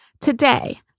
Today